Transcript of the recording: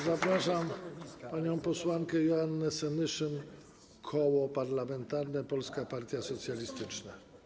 Zapraszam panią posłankę Joannę Senyszyn, Koło Parlamentarne Polska Partia Socjalistyczna.